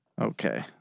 Okay